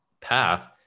path